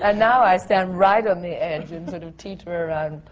and now i stand right on the edge and sort of teeter around,